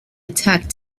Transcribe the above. attacked